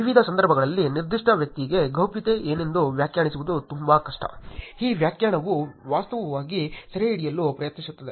ವಿವಿಧ ಸಂದರ್ಭಗಳಲ್ಲಿ ನಿರ್ದಿಷ್ಟ ವ್ಯಕ್ತಿಗೆ ಗೌಪ್ಯತೆ ಏನೆಂದು ವ್ಯಾಖ್ಯಾನಿಸುವುದು ತುಂಬಾ ಕಷ್ಟ ಈ ವ್ಯಾಖ್ಯಾನವು ವಾಸ್ತವವಾಗಿ ಸೆರೆಹಿಡಿಯಲು ಪ್ರಯತ್ನಿಸುತ್ತಿದೆ